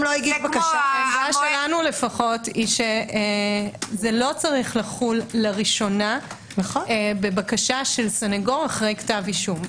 עמדתנו היא שזה לא צריך לחול לראשונה בבקשה של סנגור אחרי כתב אישום.